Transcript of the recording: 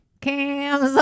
Cam's